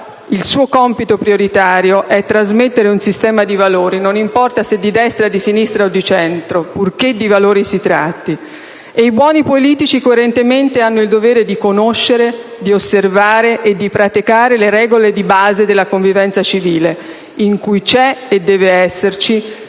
il suo compito prioritario è trasmettere un sistema di valori; non importa se di destra, di sinistra o di centro, purché di valori si tratti. E i buoni politici coerentemente hanno il dovere di conoscere, di osservare e di praticare le regole di base della convivenza civile, in cui c'è e deve esserci